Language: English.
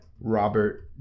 Robert